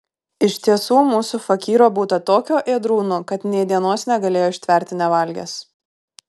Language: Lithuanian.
iš tiesų mūsų fakyro būta tokio ėdrūno kad nė dienos negalėjo ištverti nevalgęs